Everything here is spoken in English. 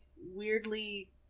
weirdly